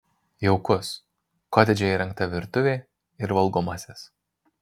jaukus kotedže įrengta virtuvė ir valgomasis